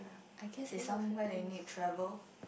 I guess is somewhere they need travel